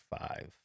five